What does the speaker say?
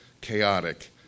chaotic